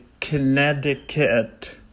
Connecticut